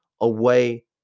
Away